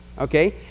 okay